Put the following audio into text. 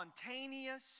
spontaneous